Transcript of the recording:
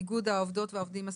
איגוד עובדות והעובדים הסוציאליים.